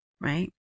right